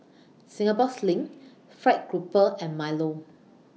Singapore Sling Fried Grouper and Milo